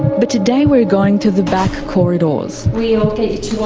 but today we are going to the back corridors. we ah will